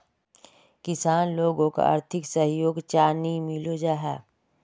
किसान लोगोक आर्थिक सहयोग चाँ नी मिलोहो जाहा?